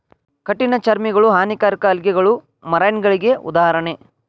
ಕಠಿಣ ಚರ್ಮಿಗಳು, ಹಾನಿಕಾರಕ ಆಲ್ಗೆಗಳು ಮರೈನಗಳಿಗೆ ಉದಾಹರಣೆ